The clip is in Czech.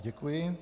Děkuji.